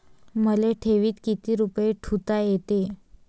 मले ठेवीत किती रुपये ठुता येते?